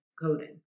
coding